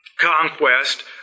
conquest